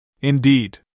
Indeed